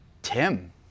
Tim